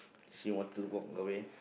he wanted to walk away